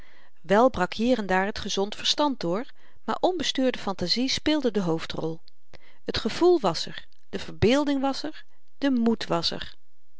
wel brak hier en daar t gezond verstand door maar onbestuurde fantazie speelde de hoofdrol t gevoel was er de verbeelding was er de moed was er